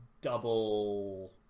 double